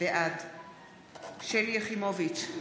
בעד שלי יחימוביץ'